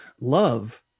love